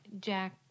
Jack